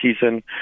season